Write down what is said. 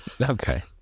Okay